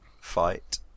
fight